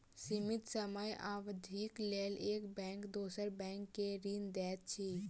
सीमित समय अवधिक लेल एक बैंक दोसर बैंक के ऋण दैत अछि